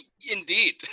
Indeed